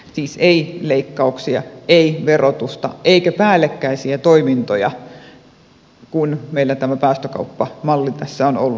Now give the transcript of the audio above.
siis ei leikkauksia ei verotusta eikä päällekkäisiä toimintoja kun meillä tämä päästökauppamalli tässä on ollut ja on olemassa